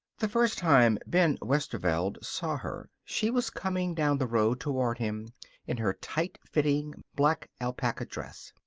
the first time ben westerveld saw her she was coming down the road toward him in her tight-fitting black alpaca dress.